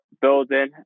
building